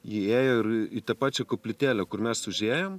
ji ėjo ir į tą pačia koplytėlę kur mes užėjom